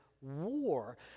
war